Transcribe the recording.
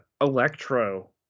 Electro